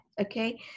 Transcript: okay